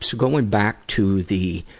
so going back to the